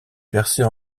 percés